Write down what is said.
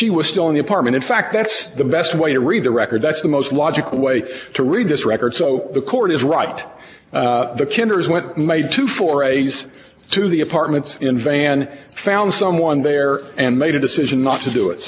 she was still in the apartment in fact that's the best way to read the record that's the most logical way to read this record so the court is right the tkinter is when my to for a yes to the apartments in van found someone there and made a decision not to do it